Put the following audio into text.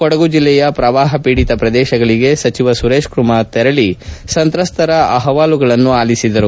ಕೊಡಗು ಜೆಲ್ಲೆಯ ಪ್ರವಾಪ ಪೀಡಿತ ಶ್ರದೇಶಗಳಿಗೆ ಸಚಿವ ಸುರೇಶ್ ಕುಮಾರ್ ತೆರಳಿ ಸಂತ್ರಸ್ತರ ಅಹವಾಲುಗಳನ್ನು ಆಲಿಸಿದರು